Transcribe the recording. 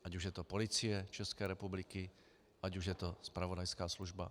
Ať už je to Policie České republiky, ať už je to zpravodajská služba.